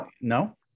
no